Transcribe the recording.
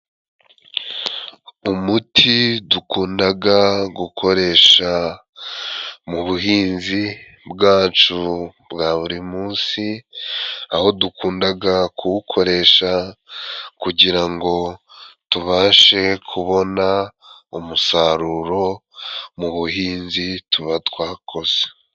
Umuti dukundaga gukoresha mu buhinzi bwacu bwa buri munsi, aho dukundaga kuwukoresha kugira ngo tubashe kubona umusaruro mu buhinzi tuba twakoze.